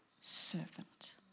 servant